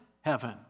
heaven